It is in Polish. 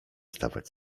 stawać